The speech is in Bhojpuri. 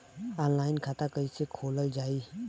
ऑनलाइन खाता कईसे खोलल जाई?